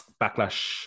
Backlash